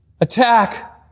attack